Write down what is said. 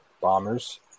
bombers